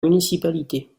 municipalité